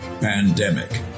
Pandemic